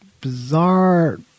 bizarre